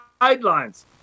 guidelines